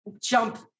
jump